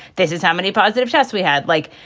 this is how many positive tests we had, like,